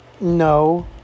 No